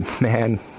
man